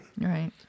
Right